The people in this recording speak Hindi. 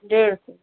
डेढ़ सौ